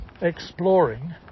exploring